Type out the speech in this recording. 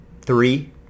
Three